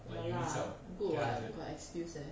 ya lah good [what] got excuse eh